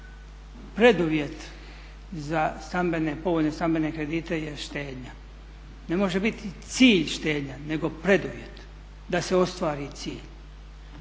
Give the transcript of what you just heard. Preduvjet za povoljne stambene kredite je štednja, ne može biti cilj štednja nego preduvjet da se ostvari cilj.